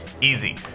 easy